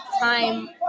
time